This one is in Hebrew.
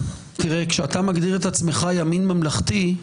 כשאתה מגדיר את עצמך ימין ממלכתי,